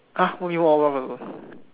!huh! what you mean